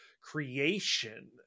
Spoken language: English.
creation